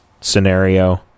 scenario